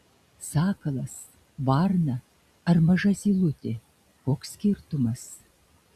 sakalas varna ar maža zylutė koks skirtumas